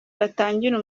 batangira